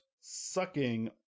sucking